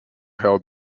held